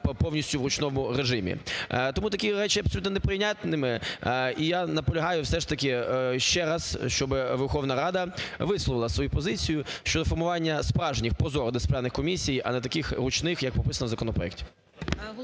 повністю в ручному режимі. Тому такі речі є абсолютно неприйнятними, і я наполягаю все ж таки ще раз, щоб Верховна Рада висловила свою позицію щодо реформування справжніх прозоро дисциплінарних комісій, а не таких "ручних", як прописано в законопроекті.